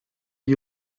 gli